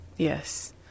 Yes